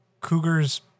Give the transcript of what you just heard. Cougar's